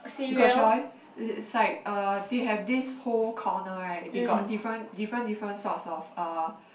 you got try it is like uh they have this whole corner right they got different different different sorts of uh